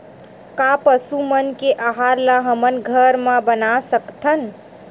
का पशु मन के आहार ला हमन घर मा बना सकथन?